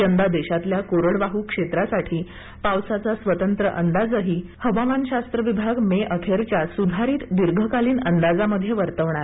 यंदा देशातल्या कोरडवाह् क्षेत्रासाठी पावसाचा स्वतंत्र अंदाजही हवामानशास्त्र विभाग मे अखेरच्या सुधारित दीर्घकालीन अंदाजामध्ये वर्तवणार आहे